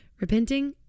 repenting